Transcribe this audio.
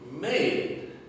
made